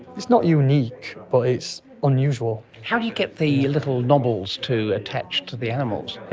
it's not unique but it's unusual. how do you get the little knobbles to attach to the animals?